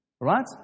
Right